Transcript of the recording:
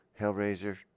Hellraiser